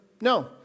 No